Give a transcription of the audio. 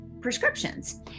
prescriptions